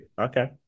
Okay